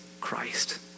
Christ